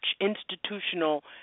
institutional